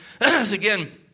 Again